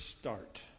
start